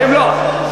אתם לא,